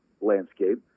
landscape